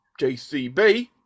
JCB